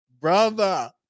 Brother